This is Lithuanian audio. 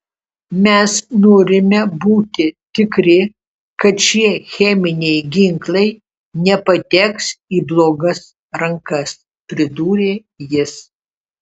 mes norime būti tikri kad šie cheminiai ginklai nepateks į blogas rankas pridūrė jis